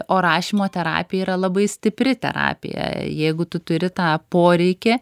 o rašymo terapija yra labai stipri terapija jeigu tu turi tą poreikį